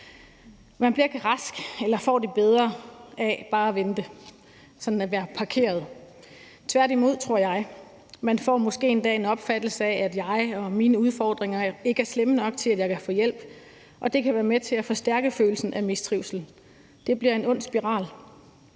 Man bliver ikke rask eller får det bedre af bare at vente og sådan at være parkeret. Tværtimod, tror jeg. Man får måske endda en opfattelse af, at ens udfordringer ikke er slemme nok til, at man kan få hjælp, og det kan være med til at forstærke følelsen af mistrivsel. Det bliver en ond spiral.